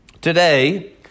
Today